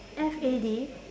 F A D